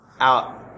out